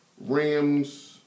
Rams